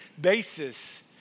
basis